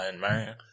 man